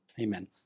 Amen